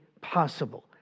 possible